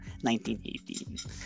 1918